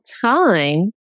time